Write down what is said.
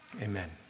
Amen